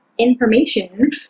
Information